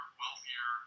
wealthier